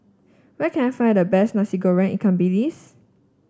where can I find the best Nasi Goreng Ikan Bilis